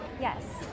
Yes